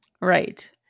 Right